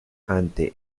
ante